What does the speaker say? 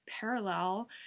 parallel